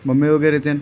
mummy वगैरे त्यांनी